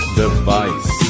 device